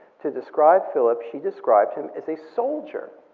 to describe philip, she described him as a soldier.